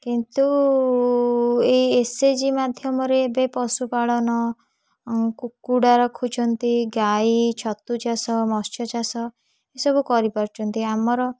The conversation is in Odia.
କିନ୍ତୁ ଏଇ ଏସ୍ଏଚ୍ଜି ମାଧ୍ୟମରେ ଏବେ ପଶୁପାଳନ କୁକୁଡ଼ା ରଖୁଛନ୍ତି ଗାଈ ଛତୁ ଚାଷ ମତ୍ସ୍ୟ ଚାଷ ଏସବୁ କରିପାରୁଛନ୍ତି ଆମର